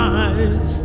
eyes